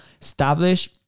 establish